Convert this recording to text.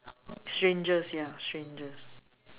strangest ya strangest